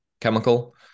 chemical